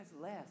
less